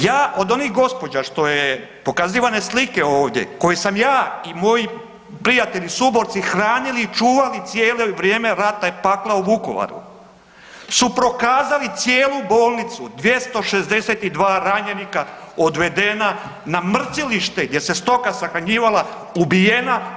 Ja od onih gospođa što su pokazivane slike ovdje, kou sam ja i moji prijatelji suborci hranili i čuvali cijelo vrijeme rata i pakla u Vukovaru su prokazali cijelu bolnicu 262 ranjenika odvedena na mrcilište gdje se stoka sahranjivala ubijena.